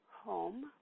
Home